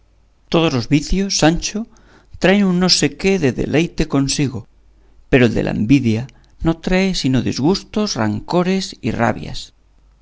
todos los vicios sancho traen un no sé qué de deleite consigo pero el de la envidia no trae sino disgustos rancores y rabias